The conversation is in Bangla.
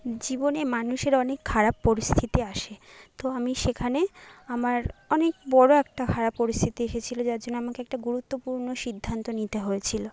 জীবনে মানুষের অনেক খারাপ পরিস্থিতি আসে তো আমি সেখানে আমার অনেক বড়ো একটা খারাপ পরিস্থিতি এসেছিলো যার জন্যে আমাকে একটা গুরুত্বপূর্ণ সিদ্ধান্ত নিতে হয়েছিলো